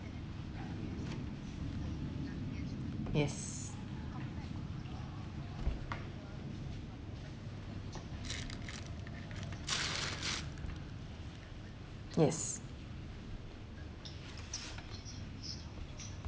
yes yes